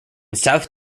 south